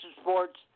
sports